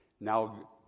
Now